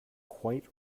quite